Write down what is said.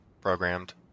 programmed